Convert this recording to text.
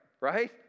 right